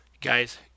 guys